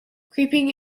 creeping